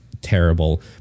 terrible